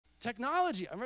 Technology